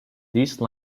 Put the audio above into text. these